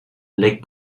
lake